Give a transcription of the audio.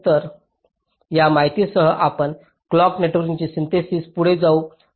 तर त्या माहितीसह आपण क्लॉक नेटवर्कचे सिन्थेसिस पुढे जाऊ शकता